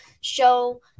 show